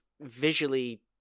Visually